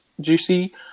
Juicy